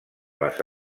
les